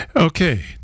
Okay